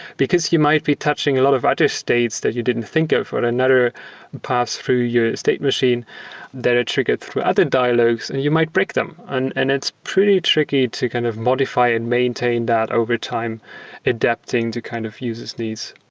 because you might be touching a lot of other states that you didn't think of or another path through your state machine that are triggered through other dialogues and you might break them, and and it's pretty tricky to kind of modify and maintain that over time adapting to kind of users' needs.